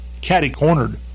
catty-cornered